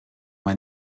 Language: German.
ein